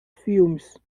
filmes